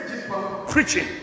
Preaching